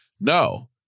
No